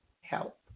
help